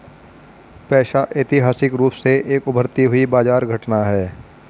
पैसा ऐतिहासिक रूप से एक उभरती हुई बाजार घटना है